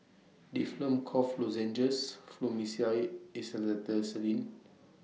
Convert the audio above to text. Difflam Cough Lozenges Fluimucil Acetylcysteine